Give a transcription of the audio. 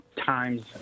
times